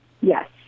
Yes